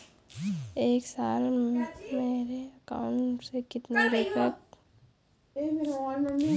एक साल में मेरे अकाउंट से कितने रुपये कटेंगे बताएँ?